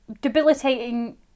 debilitating